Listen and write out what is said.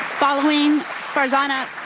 following frizhana